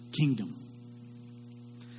kingdom